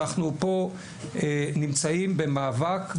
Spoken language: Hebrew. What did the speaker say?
אנחנו נמצאים פה במאבק,